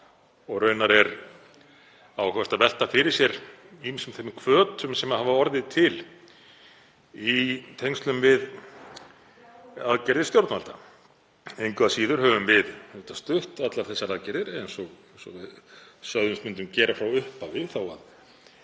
Raunar er áhugavert að velta fyrir sér ýmsum þeim hvötum sem orðið hafa til í tengslum við aðgerðir stjórnvalda. Engu að síður höfum við stutt allar þessar aðgerðir, eins og við sögðumst gera frá upphafi, þó að